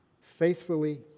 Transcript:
faithfully